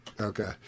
okay